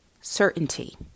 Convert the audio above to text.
certainty